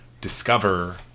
discover